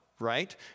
right